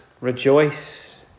Rejoice